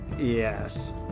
Yes